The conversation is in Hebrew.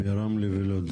ברמלה ולוד.